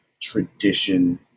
tradition